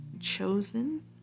chosen